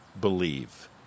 believe